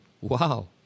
Wow